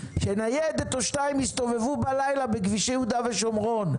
ביקשנו שניידת או שתיים יסתובבו בלילה בכבישי יהודה ושומרון.